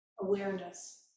awareness